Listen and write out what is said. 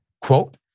Quote